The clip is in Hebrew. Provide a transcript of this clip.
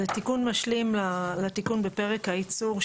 זה תיקון משלים לתיקון בפרק הייצור,